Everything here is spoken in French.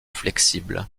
flexible